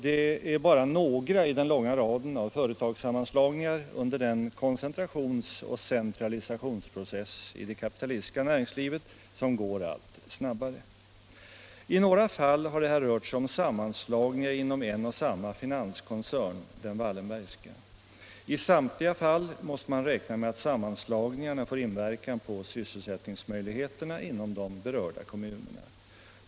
Detta är bara några i den långa raden av företagssammanslagningar under den koncentrationsoch centralisationsprocess i det kapitalistiska näringslivet, som går allt snabbare. I några fall har det här rört sig om sammanslagningar inom en och samma finanskoncern, den Wallenbergska. I samtliga fall måste man räkna med att sammanslagningarna får inverkan på sysselsättningsmöjligheterna inom de berörda kommunerna.